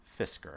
Fisker